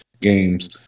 games